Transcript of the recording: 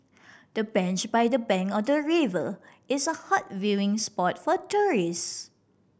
the bench by the bank of the river is a hot viewing spot for tourist